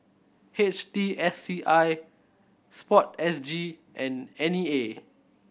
H T S C I Sport S G and N E A